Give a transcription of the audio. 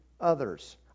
others